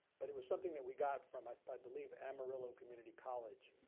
but it was something that we got from, i i believe, amarillo community college.